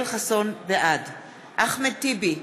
בעד אחמד טיבי,